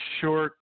short –